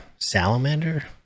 salamander